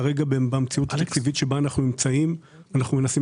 כרגע במציאות התקציבית שאנחנו נמצאים בה אנחנו מנסים